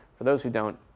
for those who don't,